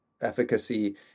efficacy